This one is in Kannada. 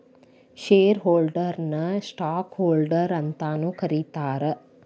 ಶೇರ್ ಹೋಲ್ಡರ್ನ ನ ಸ್ಟಾಕ್ ಹೋಲ್ಡರ್ ಅಂತಾನೂ ಕರೇತಾರ